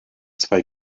zwei